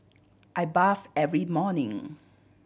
I bath every morning